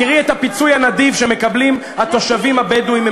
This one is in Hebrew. תראי את הפיצוי הנדיב שהתושבים הבדואים מקבלים.